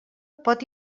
pot